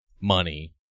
money